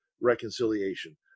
reconciliation